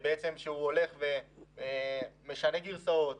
הוא משנה גרסאות,